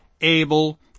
Abel